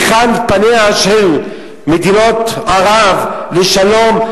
היכן פניהן של מדינות ערב לשלום,